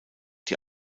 die